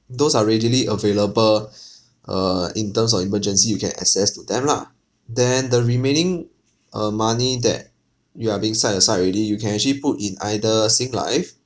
those are readily available err in terms of emergency you can access to them lah then the remaining uh money that you are being set aside already you can actually put in either singlife